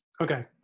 okay